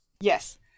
Yes